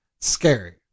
Scary